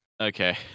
Okay